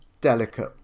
delicate